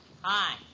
Hi